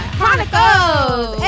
Chronicles